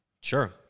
Sure